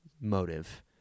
motive